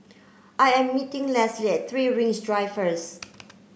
I am meeting Lesly at Three Rings Drive first